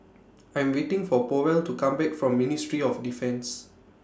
I'm waiting For Powell to Come Back from Ministry of Defence